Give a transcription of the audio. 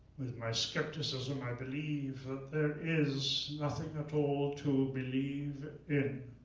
with my skepticism, i believe that there is nothing at all to believe in.